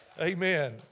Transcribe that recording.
amen